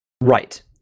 Right